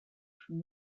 from